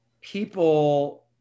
people